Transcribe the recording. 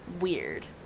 weird